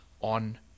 on